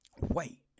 wait